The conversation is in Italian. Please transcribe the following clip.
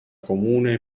comune